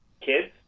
kids